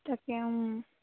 তাকে